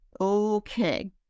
okay